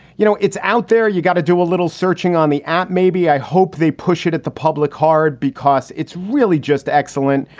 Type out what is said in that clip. you know, it's out there. you got to do a little searching on the app. maybe i hope they push it at the public hard because it's really just excellent.